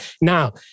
Now